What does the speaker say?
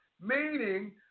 Meaning